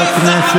לא השגתם כלום.